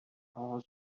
all